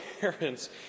parents